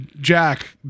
Jack